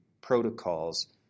protocols